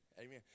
Amen